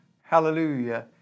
hallelujah